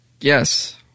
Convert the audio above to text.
yes